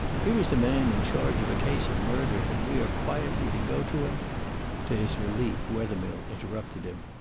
here is a man in charge of a case of murder, and we are quietly to go to him to his relief wethermill interrupted him.